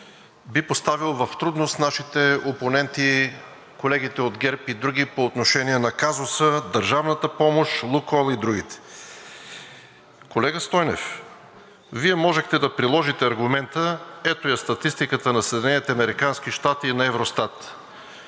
би поставил в трудност нашите опоненти – колегите от ГЕРБ, и други по отношение на казуса за държавната помощ, „Лукойл“ и другите. Колега Стойнев, Вие можехте да приложите аргумента – ето я статистиката на Съединените